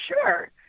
sure